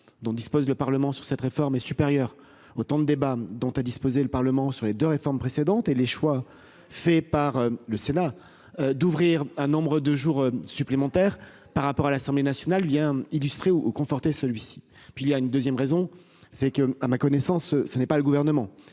dont dispose le Parlement sur cette réforme est supérieur. Autant de débats dont a disposé le Parlement sur les deux réformes précédentes et les choix faits par le Sénat d'ouvrir un nombre de jours supplémentaires par rapport à l'Assemblée nationale vient illustrer ou conforter celui-ci puis il y a une 2ème raison c'est que, à ma connaissance ce n'est pas le gouvernement